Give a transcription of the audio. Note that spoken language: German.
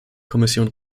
kommission